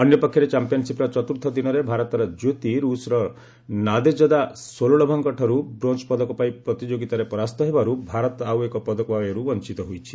ଅନ୍ୟପକ୍ଷରେ ଚାମ୍ପିୟନ୍ସିପ୍ର ଚତୁର୍ଥ ଦିନରେ ଭାରତର କ୍ୟୋତି ରୁଷ୍ର ନାଦେଜ୍ଦା ସୋଲୋଲୋଭାଙ୍କଠାରୁ ବ୍ରୋଞ୍ ପଦକ ପାଇଁ ପ୍ରତିଯୋଗିତାରେ ପରାସ୍ତ ହେବାର୍ ଭାରତ ଆଉ ଏକ ପଦକ ପାଇବାର୍ ବଞ୍ଚ୍ଚତ ହୋଇଛି